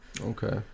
Okay